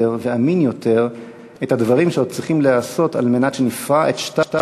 ואמין יותר את הדברים שעוד צריכים להיעשות על מנת שנפרע את שטר